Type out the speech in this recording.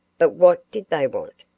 but what did they want?